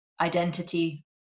identity